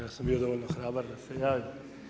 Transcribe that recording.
Ja sam bio dovoljno hrabar da se javim.